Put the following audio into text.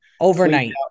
Overnight